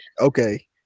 Okay